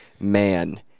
man